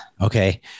Okay